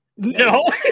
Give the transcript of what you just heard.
No